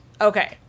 Okay